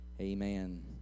Amen